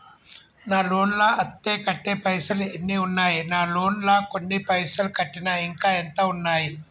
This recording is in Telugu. నా లోన్ లా అత్తే కట్టే పైసల్ ఎన్ని ఉన్నాయి నా లోన్ లా కొన్ని పైసల్ కట్టిన ఇంకా ఎంత ఉన్నాయి?